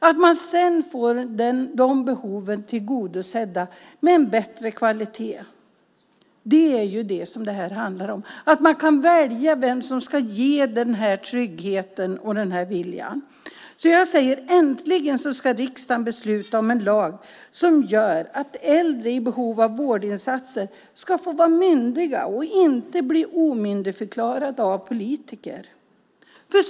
Att man får behoven tillgodosedda med bättre kvalitet är vad detta handlar om, att man kan välja vem som ska ge tryggheten och viljan. Jag säger: Äntligen ska riksdagen besluta om en lag som gör att äldre i behov av vårdinsatser ska få vara myndiga och inte bli omyndigförklarade av politiker.